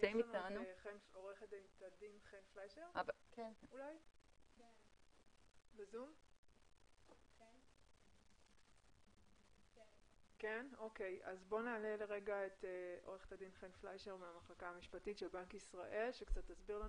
נעלה את עורכת דין חן פליישר מהמחלקה המשפטית של בנק ישראל שתסביר לנו